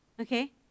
Okay